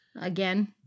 Again